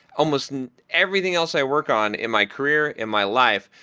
almost everything else i work on in my career, in my life,